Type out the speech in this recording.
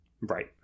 Right